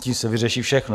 Tím se vyřeší všechno.